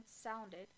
sounded